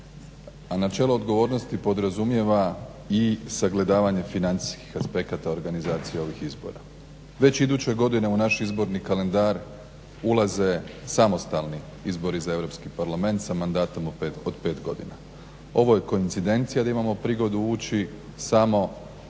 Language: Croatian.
A načelo odgovornosti podrazumijeva i sagledavanje financijskih aspekata organizacije ovih izbora. Već iduće godine u naš izborni kalendar ulaze samostalni izbori za EU parlament sa mandatom od 5 godina. Ovo je koincidencija da imamo prigodu ući samo 42